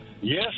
Yes